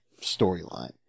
storyline